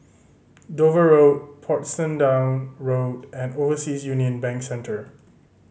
Dover Road Portsdown Road and Overseas Union Bank Centre